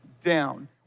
down